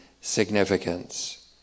significance